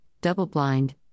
double-blind